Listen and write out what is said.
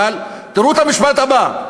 אבל תראו את המשפט הבא: